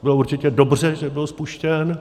Bylo určitě dobře, že byl spuštěn.